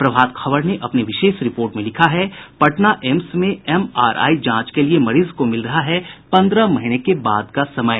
प्रभात खबर ने अपनी विशेष रिपोर्ट में लिखा है पटना एम्स में एमआरआई जांच के लिए मरीज को मिल रहा है पन्द्रह महीने बाद का समय